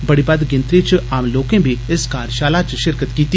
बड़ी बद्द गिनत्री च आम लोकें बी इस कार्जषाला च षिरकत कीती